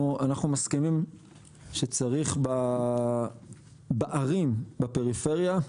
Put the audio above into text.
אנחנו מסכימים שצריך בערים, בפריפריה,